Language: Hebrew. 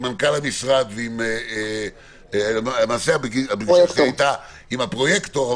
מנכ"ל המשרד למעשה הפגישה שלי הייתה עם הפרויקטור,